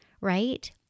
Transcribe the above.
right